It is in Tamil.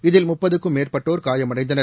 இதில் முப்பதுக்கும் மேற்பட்டோர் காயமடைந்தனர்